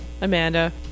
Amanda